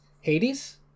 Hades